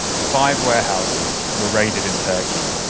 five warehouses were raided in turkey,